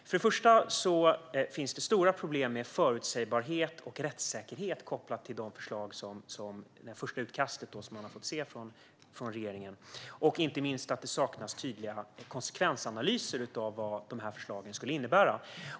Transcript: För det första finns det stora problem med förutsägbarhet och rättssäkerhet kopplade till förslagen i det första utkast från regeringen som vi fått se. Inte minst saknas det tydliga konsekvensanalyser av vad de här förslagen skulle innebära.